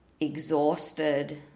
exhausted